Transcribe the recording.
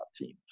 teams